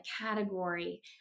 category